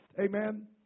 Amen